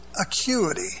acuity